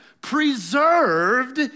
preserved